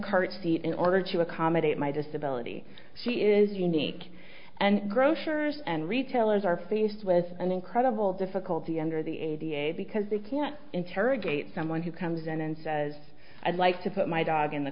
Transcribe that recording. cart seat in order to accommodate my disability she is unique and grocers and retailers are faced with an incredible difficulty under the a d a s because they can't interrogate someone who comes in and says i'd like to put my dog in the